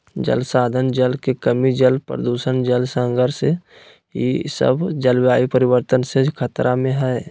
जल संसाधन, जल के कमी, जल प्रदूषण, जल संघर्ष ई सब जलवायु परिवर्तन से खतरा में हइ